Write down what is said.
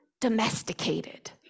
domesticated